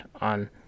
on